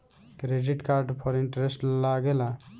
Credit card पर interest लागेला?